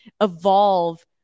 evolve